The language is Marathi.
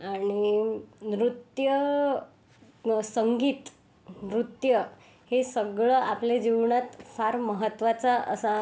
आणि नृत्य संगीत नृत्य हे सगळं आपल्या जीवनात फार महत्त्वाचा असा